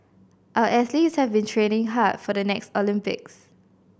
our athletes have been training hard for the next Olympics